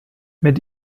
mit